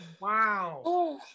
Wow